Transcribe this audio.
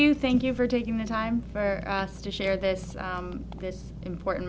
you thank you for taking the time for us to share this this important